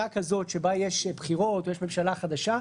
כזאת שבה יש בחירות או יש ממשלה חדשה,